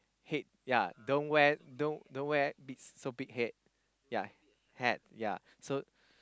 head ya don't wear don't wear so big head ya